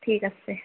ঠিক আছে